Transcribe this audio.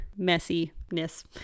messiness